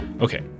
Okay